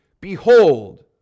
behold